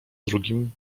drugim